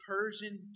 Persian